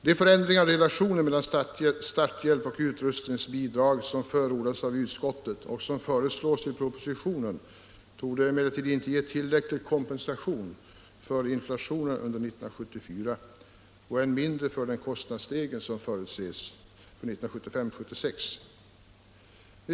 De förändringar i relationen mellan starthjälp och utrustningsbidrag som förordas av utskottet och som föreslås i propositionen torde emellertid inte ge tillräcklig kompensation för inflationen under 1974 och än mindre för den kostnadsstegring som förutses för 1975-1976.